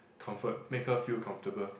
comfort make her feel comfortable